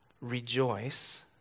rejoice